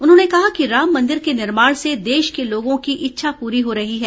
उन्होंने कहा कि राम मन्दिर के निर्माण से देश के लोगों की इच्छा पूरी हो रही है